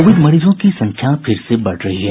Covid मरीजों की संख्या फिर से बढ़ रही है